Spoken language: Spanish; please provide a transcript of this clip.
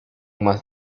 más